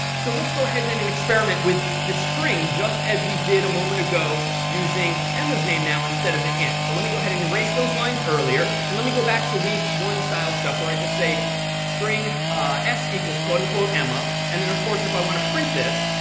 so let's go ahead then and experiment with this string, just as we did a moment ago using emma's name now instead of an int. so let me go ahead and erase those lines earlier. and let me go back to week one style stuff, where i just say string s equals quote unquote, emma. and then of course, if i to print this,